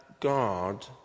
God